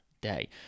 day